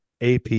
AP